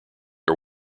are